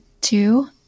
two